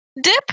dip